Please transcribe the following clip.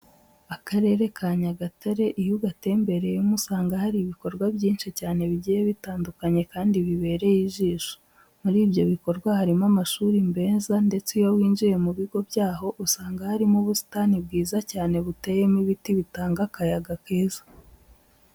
Akarere ka Nyagatare iyo ugatembereyemo usanga hari ibikorwa byinshi cyane bigiye bitandukanye kandi bibereye ijisho. Muri ibyo bikorwa harimo amashuri meza ndetse iyo winjiye mu bigo byaho usanga harimo ubusitani bwiza cyane buteyemo ibiti bitanga akayaga keza.